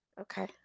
Okay